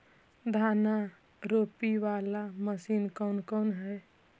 धान रोपी बाला मशिन कौन कौन है?